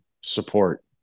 support